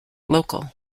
local